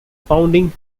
founding